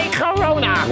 corona